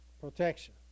protection